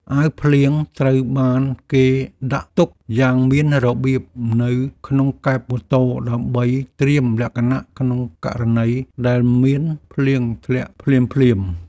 អាវភ្លៀងត្រូវបានគេដាក់ទុកយ៉ាងមានរបៀបនៅក្នុងកែបម៉ូតូដើម្បីត្រៀមលក្ខណៈក្នុងករណីដែលមានភ្លៀងធ្លាក់ភ្លាមៗ។